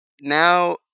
Now